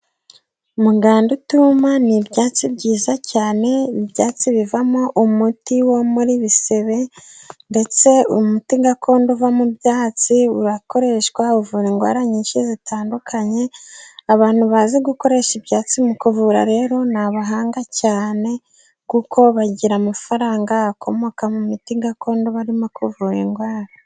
Muganda utuma" ni ibyatsi byiza cyane ibi ibyatsi bivamo umuti womora bisebe, ndetse umuti gakondo uva mu byatsi, urakoreshwa uvura indwara nyinshi zitandukanye. Abantu bazi gukoresha ibyatsi mu kuvura rero ni abahanga cyane, kuko bagira amafaranga akomoka mu miti gakondo barimo kuvura indwara.